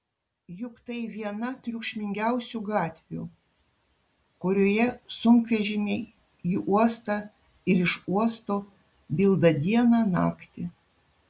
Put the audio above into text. juk tai viena triukšmingiausių gatvių kurioje sunkvežimiai į uostą ir iš uosto bilda dieną naktį